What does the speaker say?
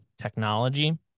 technology